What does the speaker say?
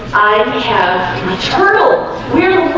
have maternal we're